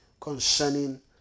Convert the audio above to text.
concerning